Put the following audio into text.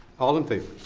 all in favor?